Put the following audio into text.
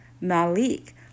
Malik